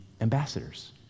ambassadors